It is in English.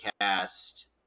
cast